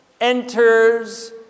enters